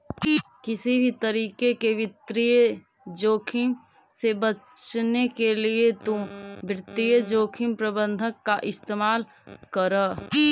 किसी भी तरीके के वित्तीय जोखिम से बचने के लिए तु वित्तीय जोखिम प्रबंधन का इस्तेमाल करअ